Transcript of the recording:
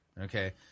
Okay